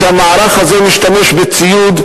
שהמערך הזה משתמש בציוד,